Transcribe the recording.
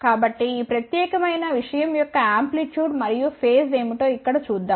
కాబట్టి ఈ ప్రత్యేకమైన విషయం యొక్క ఆంప్లిట్యూడ్ మరియు ఫేజ్ ఏమిటో ఇక్కడ చూద్దాం